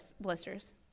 blisters